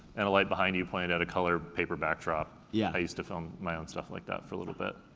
and a light behind you pointed at a color paper backdrop, yeah i used to film my own stuff like that for a little bit.